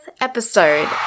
episode